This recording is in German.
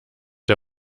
der